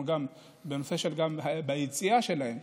ביציאה שלהם,